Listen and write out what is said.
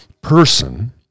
Person